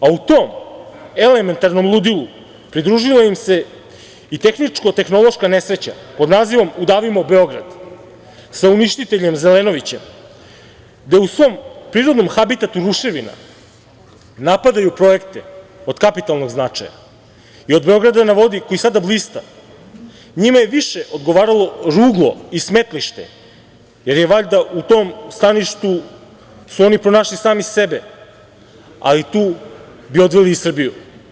U tom elementarnom ludilu pridružila im se i tehničko-tehnološka nesreća pod nazivom "Udavimo Beograd", sa uništiteljem Zelenovićem, da u svom prirodnom habitatu ruševina napadaju projekte od kapitalnog značaja i od Beograda na vodi, koji sada blista, njima je više odgovaralo ruglo i smetlište, jer su valjda u tom staništu oni pronašli sami sebe, a tu bi odveli i Srbiju.